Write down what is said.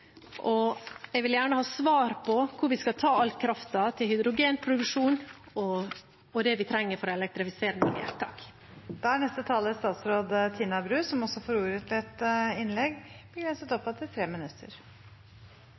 og jeg vil gjerne ha svar på hvor vi skal ta all kraften fra til hydrogenproduksjon og det vi trenger for å elektrifisere. Først og fremst har jeg lyst til å takke representanten Synnes Emblemsvåg for å ha reist et